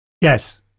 Yes